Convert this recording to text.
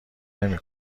نمی